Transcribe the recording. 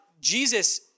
Jesus